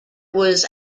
was